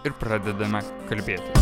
ir pradedame kalbėti